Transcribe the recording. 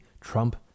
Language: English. Trump